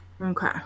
Okay